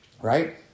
right